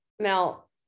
Mel